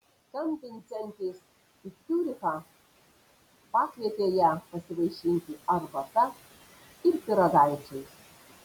skambinsiantis į ciurichą pakvietė ją pasivaišinti arbata ir pyragaičiais